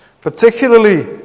Particularly